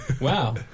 Wow